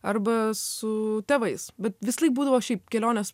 arba su tėvais bet visąlaik būdavo šiaip kelionės